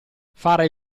fare